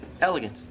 Elegant